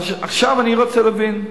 עכשיו אני רוצה להבין,